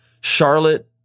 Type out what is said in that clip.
Charlotte